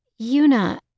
Yuna